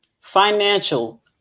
financial